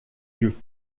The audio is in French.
yeux